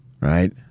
right